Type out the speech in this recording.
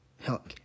help